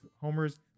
Homer's